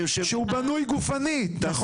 שהוא בנוי גופנית, נכון?